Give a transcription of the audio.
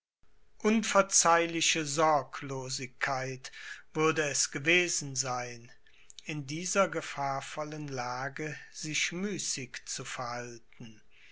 unverzeihliche sorglosigkeit würde es gewesen sein in dieser gefahrvollen lage sich müßig zu verhalten